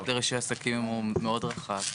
חוק לרישוי עסקים הוא מאוד רחב.